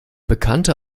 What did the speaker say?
bekannte